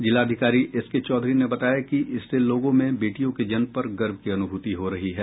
जिलाधिकारी एसके चौधरी ने बताया कि इससे लोगों में बेटियों के जन्म पर गर्व की अनुभूति हो रही है